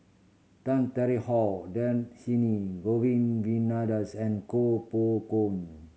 Tan Tarn How Dhershini Govin Winodan's and Koh Poh Koon